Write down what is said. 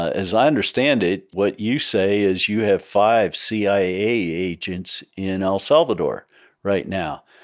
as i understand it, what you say is you have five cia agents in el salvador right now.